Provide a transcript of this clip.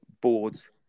boards